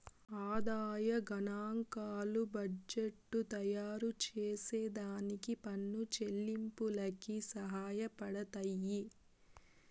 ఆదాయ గనాంకాలు బడ్జెట్టు తయారుచేసే దానికి పన్ను చెల్లింపులకి సహాయపడతయ్యి